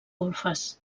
golfes